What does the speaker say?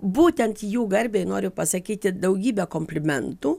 būtent jų garbei noriu pasakyti daugybę komplimentų